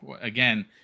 again